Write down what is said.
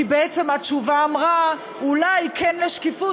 כי התשובה אמרה: אולי כן לשקיפות,